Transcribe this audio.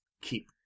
keep